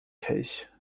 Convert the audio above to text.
kelch